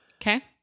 Okay